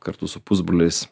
kartu su pusbroliais